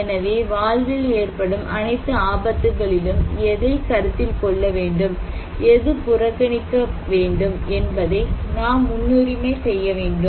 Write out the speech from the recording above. எனவே வாழ்வில் ஏற்படும் அனைத்து ஆபத்துகளிலும் எதை கருத்தில் கொள்ள வேண்டும் எது புறக்கணிக்க வேண்டும் என்பதை நாம் முன்னுரிமை செய்ய வேண்டும்